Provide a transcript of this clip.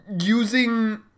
using